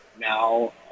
now